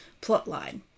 plotline